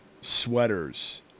sweaters